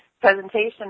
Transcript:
presentation